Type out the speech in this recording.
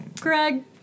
Greg